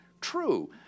true